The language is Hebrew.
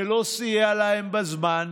שלא סייע להם בזמן,